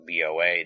BOA